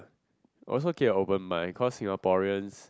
also keep an open mind cause Singaporeans